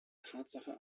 tatsache